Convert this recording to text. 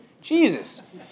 jesus